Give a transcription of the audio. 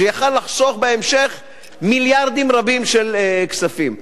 שהיה יכול לחסוך בהמשך מיליארדים רבים של כספים.